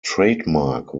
trademark